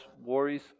worries